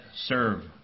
serve